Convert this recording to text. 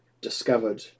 discovered